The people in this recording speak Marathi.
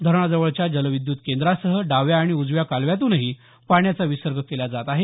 धरणाजवळच्या जलविद्युत केंद्रासह डाव्या आणि उजव्या कालव्यातूनही पाणाचा विसर्ग केला जात आहे